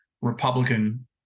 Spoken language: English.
republican